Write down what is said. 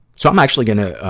so i'm actually gonna, ah,